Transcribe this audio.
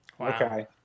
Okay